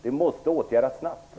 Det måste åtgärdas snabbt.